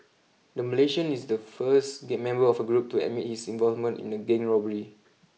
the Malaysian is the first the member of a group to admit his involvement in a gang robbery